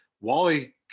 Wally